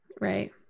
right